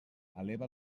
eleva